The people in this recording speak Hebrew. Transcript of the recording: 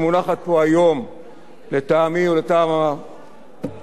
לטעמי ולטעם הממשלה, מיותרת,